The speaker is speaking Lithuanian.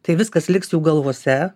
tai viskas liks jų galvose